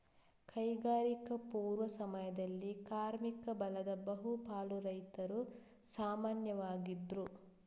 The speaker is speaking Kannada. ಕೈಗಾರಿಕಾ ಪೂರ್ವ ಸಮಯದಲ್ಲಿ ಕಾರ್ಮಿಕ ಬಲದ ಬಹು ಪಾಲು ರೈತರು ಸಾಮಾನ್ಯವಾಗಿದ್ರು